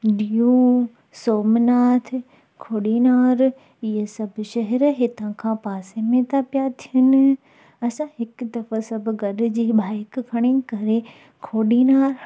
DU Somnath Khudinar ये सब शहर हितां खां पासे में पिया थियनि असां हिकु दफ़ा सभु ॻॾिजी बाइक खणी करे खुड़ीनार